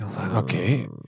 Okay